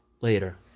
later